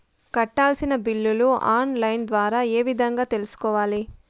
కట్టాల్సిన బిల్లులు online ద్వారా ఏ విధంగా తెలుసుకోవాలి?